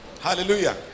Hallelujah